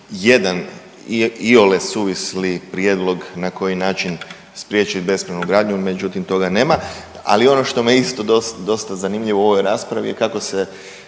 jedan iole suvisli prijedlog na koji način spriječit bespravnu gradnju, međutim toga nema. Ali ono što mi isto dosta zanimljivo u ovoj raspravi kako se